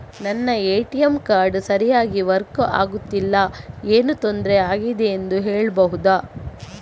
ನನ್ನ ATM card ಸರಿಯಾಗಿ work ಆಗುತ್ತಿಲ್ಲ, ಏನು ತೊಂದ್ರೆ ಆಗಿದೆಯೆಂದು ಹೇಳ್ಬಹುದಾ?